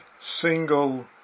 single